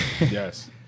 Yes